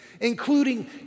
including